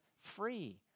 free